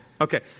Okay